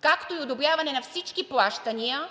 както и одобряване на всички плащания